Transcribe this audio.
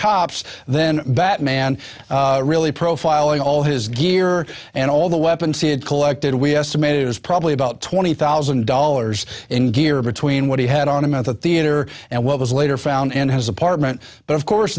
cops then that man really profiling all his gear and all the weapons he had collected we estimate it was probably about twenty thousand dollars in gear between what he had on him at the theater and what was later found in his apartment but of course